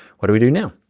what do we do now?